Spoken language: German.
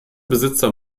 besitzer